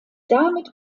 damit